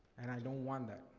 and i don't want that.